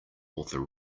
author